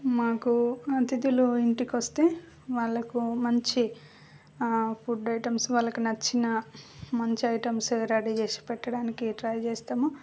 మాకు అతిధులు ఇంటికి వస్తే వాళ్ళకు మంచి ఫుడ్ ఐటమ్స్ వాళ్ళకి నచ్చిన మంచి ఐటమ్స్ రెడీ చేసి పెట్టడానికి ట్రై చేస్తాము